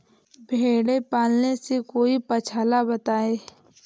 भेड़े पालने से कोई पक्षाला बताएं?